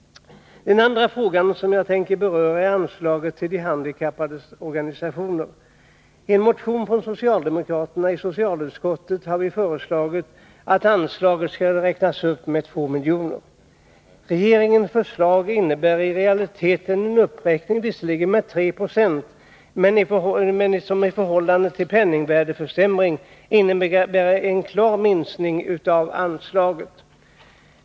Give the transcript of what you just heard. Den andra frågan som jag tänker beröra är anslaget till de handikappades organisationer. I en motion från socialdemokraterna i socialutskottet har vi föreslagit att anslaget skall uppräknas med 2 milj.kr. Regeringens förslag innebär visserligen i realiteten en uppräkning med 3 26, men i förhållande till penningvärdeförsämringen är det en klar minskning av anslagen.